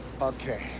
Okay